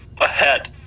Ahead